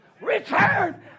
return